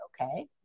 okay